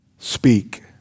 Speak